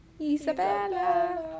Isabella